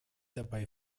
dabei